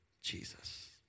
Jesus